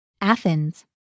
Athens